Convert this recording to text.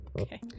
Okay